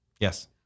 Yes